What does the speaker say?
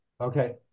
okay